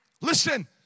Listen